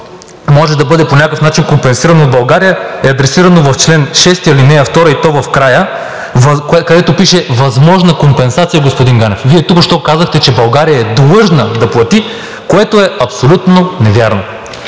може по някакъв начин да бъде компенсирана от България, е адресирано в чл. 6, ал. 2, и то в края, където пише „възможна компенсация“, господин Ганев. Вие току-що казахте, че България е длъжна да плати, което е абсолютно невярно.